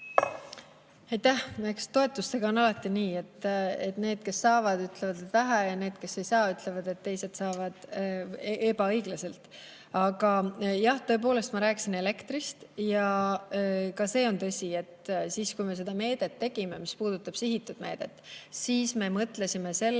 Aitäh! Eks toetustega on alati nii, et need, kes saavad, ütlevad, et vähe, ja need, kes ei saa, ütlevad, et teised saavad ebaõiglaselt. Aga jah, tõepoolest, ma rääkisin elektrist. Ja ka see on tõsi, et kui me seda meedet tegime – see puudutab sihitud meedet –, siis me mõtlesime sellele,